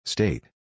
State